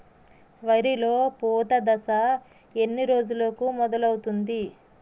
వరిలో పూత దశ ఎన్ని రోజులకు మొదలవుతుంది?